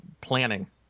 planning